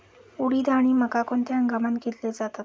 उडीद आणि मका कोणत्या हंगामात घेतले जातात?